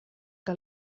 que